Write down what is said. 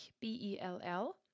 B-E-L-L